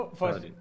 first